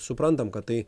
suprantam kad tai